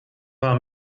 war